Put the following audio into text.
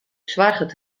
soarget